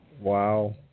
Wow